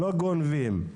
לא גונבים.